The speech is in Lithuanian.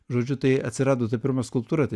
žodžiu tai atsirado ta pirma skulptūra tai